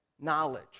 knowledge